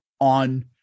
on